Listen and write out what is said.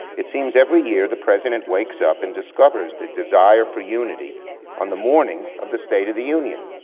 it seems every year, the president wakes up and discovers the desire for unity on the morning of the state of the union.